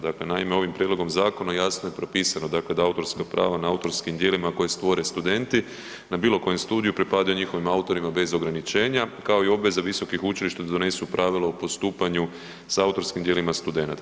Dakle, naime ovim prijedlogom zakona jasno je propisano dakle da autorska prava na autorskim dijelima koje stvore studenti na bilo kojem studiji pripada njihovim autorima bez ograničenja, kao i obveze visokih učilišta da donesu pravila o postupanju s autorskim dijelima studenata.